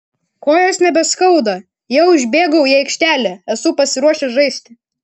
kojos nebeskauda jau išbėgau į aikštelę esu pasiruošęs žaisti